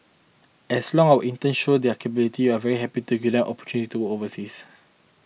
as long our interns show their capabilities are very happy to give out opportunity to overseas